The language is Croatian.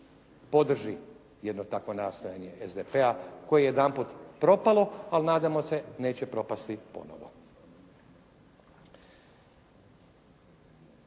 podrži jedno takvo nastojanje SDP-a koje je jedanput propalo, ali nadamo se neće propasti ponovo.